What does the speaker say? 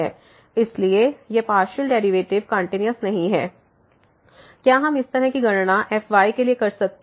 इसलिए ये partial derivative continuous नहीं हैं क्या हम इसी तरह की गणना fy के लिए कर सकते हैं